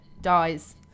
dies